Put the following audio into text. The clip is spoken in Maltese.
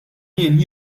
jien